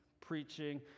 preaching